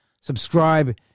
subscribe